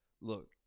look